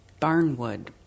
barnwood